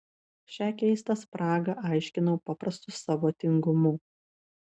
šią keistą spragą aiškinau paprastu savo tingumu